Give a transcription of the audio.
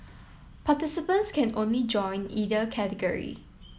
participants can only join either category